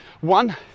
one